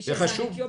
יום